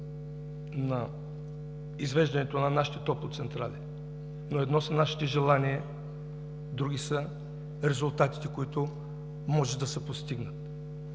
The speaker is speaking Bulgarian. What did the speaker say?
на извеждането на нашите топлоцентрали, но едно са нашите желания, друго са резултатите, които може да се постигнат.